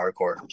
hardcore